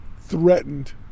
threatened